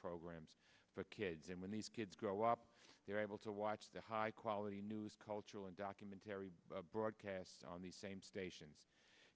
program the kids and when these kids grow up they're able to watch the high quality news cultural and documentary broadcast on the same station